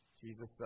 Jesus